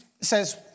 says